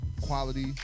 Quality